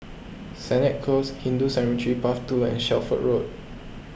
Sennett Close Hindu Cemetery Path two and Shelford Road